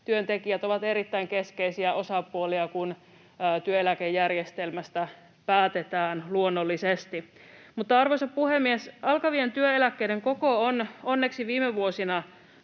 työntekijät — ovat erittäin keskeisiä osapuolia, kun työeläkejärjestelmästä päätetään, luonnollisesti. Arvoisa puhemies! Alkavien työeläkkeiden koko on onneksi viime vuosina